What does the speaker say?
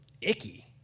icky